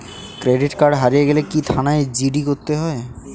Credit card হারিয়ে গেলে কি থানায় জি.ডি করতে হয়?